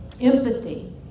empathy